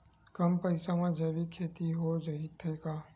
कम पईसा मा जैविक खेती हो जाथे का?